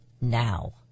now